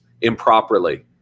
improperly